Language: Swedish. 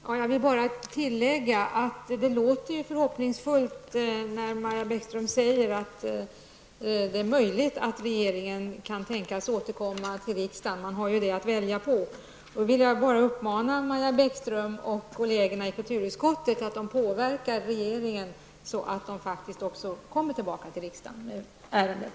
Herr talman! Jag vill bara tillägga att det låter förhoppningsfullt när Maja Bäckström säger att regeringen kan tänkas återkomma till riksdagen. Regeringen kan ju välja det alternativet. Jag vill då uppmana Maja Bäckström och kollegerna i kulturutskottet att påverka regeringen så att den faktiskt också kommer tillbaka till riksdagen med ärendet.